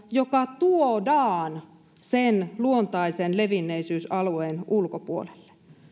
joka tuodaan sen luontaisen levinneisyysalueen ulkopuolelle